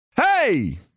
Hey